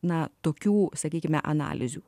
na tokių sakykime analizių